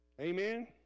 amen